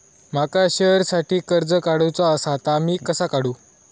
माका शेअरसाठी कर्ज काढूचा असा ता मी कसा काढू?